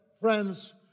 friends